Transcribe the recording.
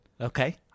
Okay